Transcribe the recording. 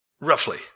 Roughly